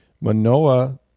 Manoa